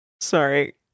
Sorry